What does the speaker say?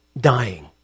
dying